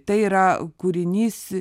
tai yra kūrinys